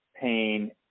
pain